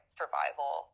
survival